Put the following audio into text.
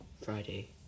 Friday